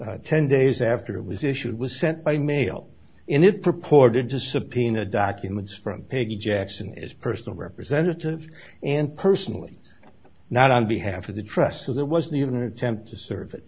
me ten days after it was issued was sent by mail in it purported to subpoena documents from peggy jackson is personal representative and personally not on behalf of the trust so there wasn't even attempt to serve it